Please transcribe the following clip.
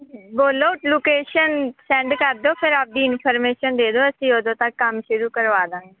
ਬੋਲੋ location send ਕਰ ਦਿਓ ਫਿਰ ਆਪਦੀ ਇਨਫੋਰਮੇਸ਼ਨ ਦੇ ਦਿਉ ਅਸੀਂ ਉਦੋਂ ਤੱਕ ਕੰਮ ਸ਼ੁਰੂ ਕਰਵਾ ਦੇਵਾਂਗੇ